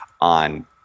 on